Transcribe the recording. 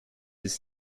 ist